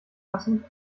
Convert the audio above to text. lassen